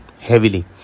heavily